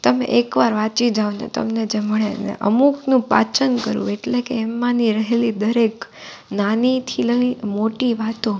તમે એક વાર વાંચી જાઓને તમને જે મળેને ને અમૂકનું પાચન કરવું એટલે કે એમાંની રહેલી દરેક નાનીથી લઈ મોટી વાતો